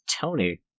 Tony